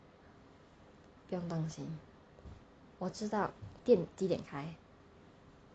不用担心我知道店几点开